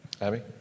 Abby